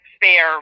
fair